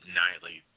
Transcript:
nightly